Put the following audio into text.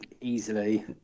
easily